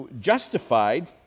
justified